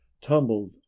tumbled